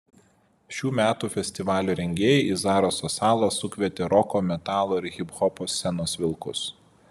šių metų festivalio rengėjai į zaraso salą sukvietė roko metalo ir hiphopo scenos vilkus